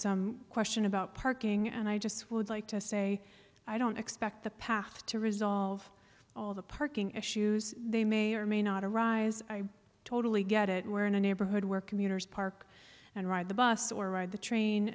some question about parking and i just would like to say i don't expect the path to resolve all the parking issues they may or may not arise i totally get it where in a neighborhood where commuters park and ride the bus or ride the train